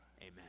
Amen